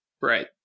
right